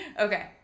Okay